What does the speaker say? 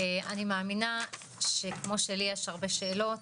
אני מאמינה שכמו שלי יש הרבה שאלות,